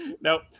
nope